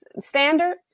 standard